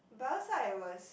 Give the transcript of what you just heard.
the other side was